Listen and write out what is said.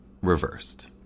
reversed